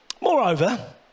Moreover